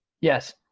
Yes